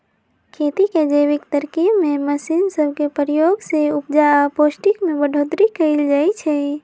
खेती के जैविक तरकिब में मशीन सब के प्रयोग से उपजा आऽ पौष्टिक में बढ़ोतरी कएल जाइ छइ